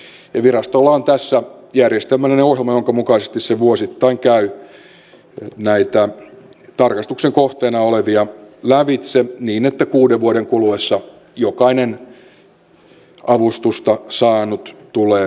virastolla on tässä järjestelmällinen ohjelma jonka mukaisesti se vuosittain käy näitä tarkastuksen kohteena olevia lävitse niin että kuuden vuoden kuluessa jokainen avustusta saanut tulee tarkastetuksi